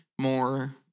more